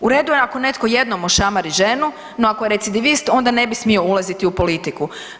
U redu je ako netko jednom ošamari ženu, no ako je recidivist onda ne bi smio ulaziti u politiku.